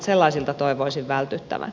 sellaisilta toivoisin vältyttävän